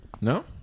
no